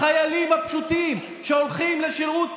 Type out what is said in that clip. החיילים הפשוטים, שהולכים לשירות סדיר,